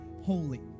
holy